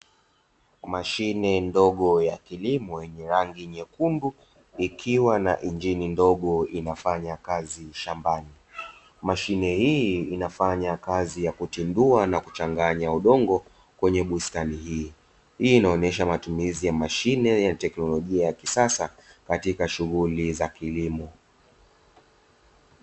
Mashine ndogo ya kilimo yenye rangi nyekundu ikiwa na injini ndogo inafanya kazi shambani. Mashine hii inafanya kazi ya kutindua na kuchanganya udongo kwenye bustani hii. Hii inaonyesha matumizi ya mashine ya teknolojia ya kisasa katika shughuli za kilimo.